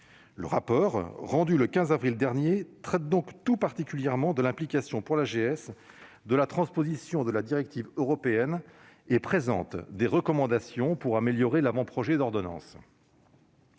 Le rapport, rendu le 15 avril dernier, traite tout particulièrement de l'implication pour l'AGS de la transposition de la directive européenne et présente des recommandations pour améliorer l'avant-projet d'ordonnance.